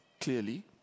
Clearly